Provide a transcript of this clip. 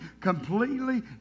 completely